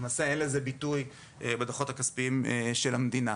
ואין לזה ביטוי בדוחות הכספיים של המדינה.